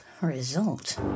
Result